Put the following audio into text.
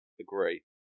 agree